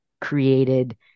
created